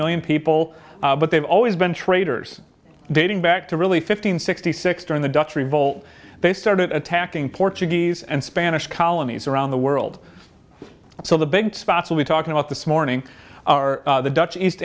million people but they've always been traitors dating back to really fifteen sixty six during the dutch revolt they started attacking portuguese and spanish colonies around the world so the big spots are we talking about this morning are the dutch east